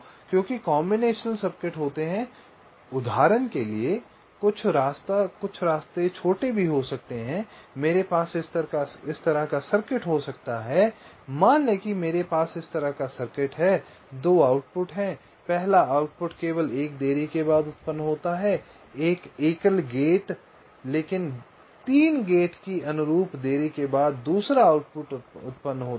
क्योंकि combination circuit होते हैं उदाहरण के लिए कुछ रास्ता छोटा हो सकता है मेरे पास इस तरह का सर्किट हो सकता हूं मान लें कि मेरे पास इस तरह का सर्किट है 2 आउटपुट हैं पहला आउटपुट केवल एक देरी के बाद उत्पन्न होता है एक एकल गेट लेकिन 3 गेट के अनुरूप देरी के बाद दूसरा आउटपुट उत्पन्न होता है